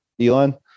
Elon